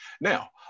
Now